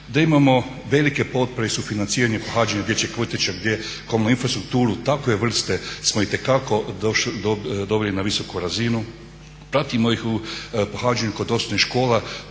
da imamo velike potpore i sufinanciranje i pohađanje dječjeg vrtića gdje komunalnu infrastrukturu takve vrste smo itekako doveli na visoku razinu. Pratimo ih u pohađanju kod osnovnih škola.